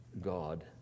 God